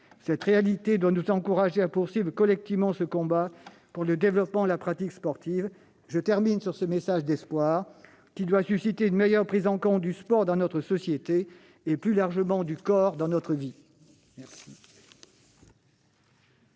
Cette réalité doit nous encourager à poursuivre collectivement ce combat pour le développement de la pratique sportive. Je termine sur ce message d'espoir, qui doit susciter une meilleure prise en compte du sport dans notre société et, plus largement, du corps dans notre vie.